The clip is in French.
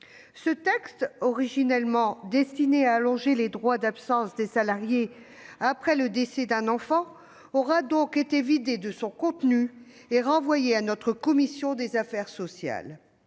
Ce texte, originellement destiné à allonger les droits d'absence des salariés après le décès d'un enfant, y a été vidé de son contenu avant d'être renvoyé à notre commission des affaires sociales.